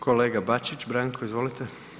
Kolega Bačić Branko, izvolite.